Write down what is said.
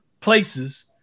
places